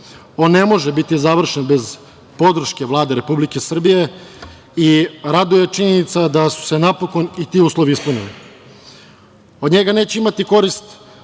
On ne može biti završen bez podrške Vlade Republike Srbije. Raduje činjenica da su se napokon i ti uslovi ispunili. Od njega neće imati korist